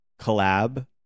collab